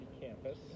campus